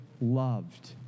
loved